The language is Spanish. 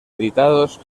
editados